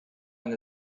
and